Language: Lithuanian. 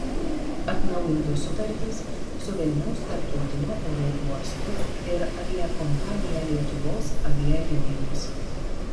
atnaujintos sutartys su vilniaus tarptautiniu oro uostu ir aviakompanija lietuvos avialinijos